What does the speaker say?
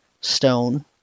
stone